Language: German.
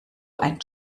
ein